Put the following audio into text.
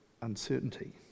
uncertainty